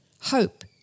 Hope